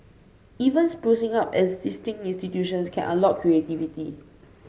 even sprucing up existing institutions can unlock creativity